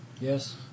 Yes